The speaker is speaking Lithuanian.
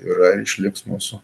yrair išliks mūsų